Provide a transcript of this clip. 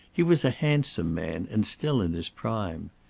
he was a handsome man and still in his prime.